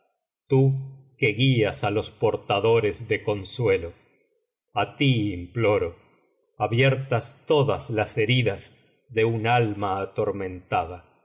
tú que guías á los portadores de consuelo a ti imploro abiertas todas las heridas de un alma atormentada